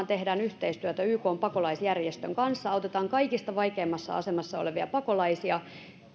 tehdään yhteistyötä nimenomaan ykn pakolaisjärjestön kanssa autetaan kaikista vaikeimmassa asemassa olevia pakolaisia ja kiintiöpakolaisten